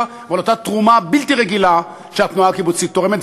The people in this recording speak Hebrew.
ועל אותה תרומה בלתי רגילה שהתנועה הקיבוצית תורמת.